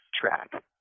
track